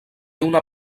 una